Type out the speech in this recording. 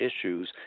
issues